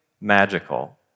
magical